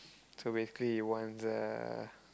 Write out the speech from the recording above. so basically he wants uh